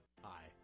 Hi